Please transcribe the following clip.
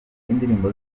indirimbo